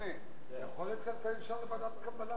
כבוד היושב-ראש, רבותי חברי